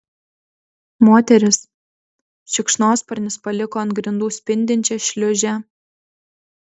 moteris šikšnosparnis paliko ant grindų spindinčią šliūžę